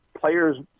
players